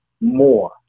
more